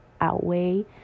outweigh